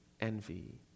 envy